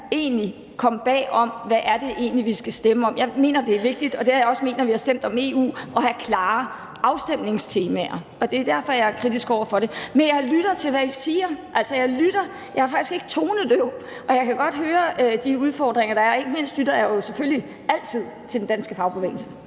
man kan komme bag om, hvad det egentlig er, vi skal stemme om. Jeg mener, det er vigtigt, og det har jeg også ment, når vi har stemt om EU, at have klare afstemningstemaer. Det er derfor, jeg er kritisk over for det. Men jeg lytter til, hvad I siger. Altså, jeg lytter – jeg er faktisk ikke tonedøv. Jeg kan godt høre, at der er udfordringer, og ikke mindst lytter jeg jo selvfølgelig altid til den danske fagbevægelse.